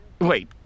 Wait